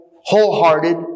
wholehearted